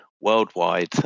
worldwide